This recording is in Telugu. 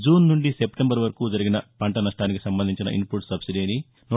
జూన్ నుంచి సెప్టెంబర్ వరకూ జరిగిన పంట నష్టానికి సంబంధించిన ఇన్ పుట్ సబ్సిడీ రూ